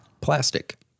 Plastic